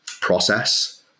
process